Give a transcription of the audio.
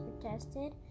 protested